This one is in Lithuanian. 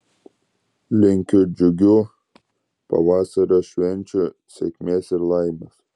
linkiu džiugių pavasario švenčių sėkmės ir laimės